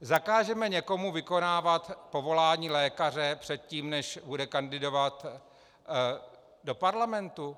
Zakážeme někomu vykonávat povolání lékaře předtím, než bude kandidovat do parlamentu?